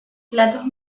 platos